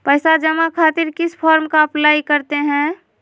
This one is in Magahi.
पैसा जमा खातिर किस फॉर्म का अप्लाई करते हैं?